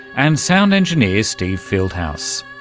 and sound engineer steve fieldhouse.